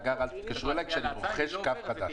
כשאני רוכש קו חדש.